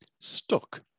stuck